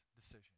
decision